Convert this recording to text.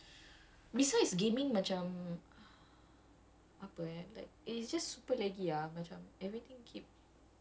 !whoa! macam no ya so then I could I could I really cannot yo~ you like besides gaming macam